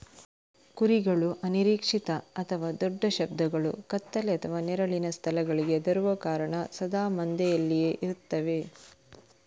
ಕುರಿಗಳು ಅನಿರೀಕ್ಷಿತ ಅಥವಾ ದೊಡ್ಡ ಶಬ್ದಗಳು, ಕತ್ತಲೆ ಅಥವಾ ನೆರಳಿನ ಸ್ಥಳಗಳಿಗೆ ಹೆದರುವ ಕಾರಣ ಸದಾ ಮಂದೆಯಲ್ಲಿಯೇ ಇರ್ತವೆ